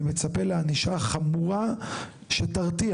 אני מצפה לענישה חמורה שתרתיע.